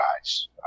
guys